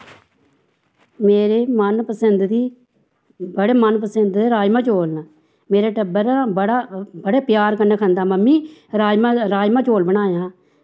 मेरे मन पसंद दी साढ़े मन पसंद दे राजमा चैल न मेरा टब्बर ऐ न बड़ा बड़े प्यार कन्नै खंदा मम्मी राजमा चौल बनायां